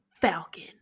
Falcon